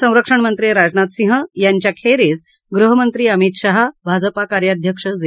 संरक्षण मंत्री राजनाथ सिंह यांच्याखेरीज गृहमंत्री अमित शहा भाजपा कार्याध्यक्ष जे